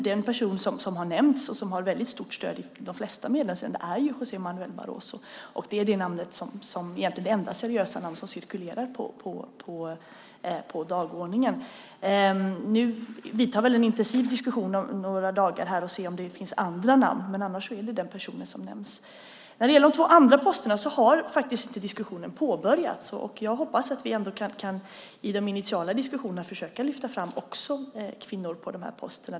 Den person som har nämnts och som har väldigt stort stöd i de flesta medlemsländer är José Manuel Barroso, och det är egentligen det enda seriösa namn som cirkulerar på dagordningen. Om några dagar kommer en intensiv diskussion att påbörjas för att man ska se om det finns några andra namn, men annars är det denna person som nämns. När det gäller de två andra posterna har diskussionen faktiskt inte påbörjats. Jag hoppas att vi i de initiala diskussionerna ändå kan lyfta fram också kvinnor på dessa poster.